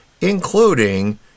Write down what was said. including